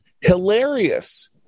hilarious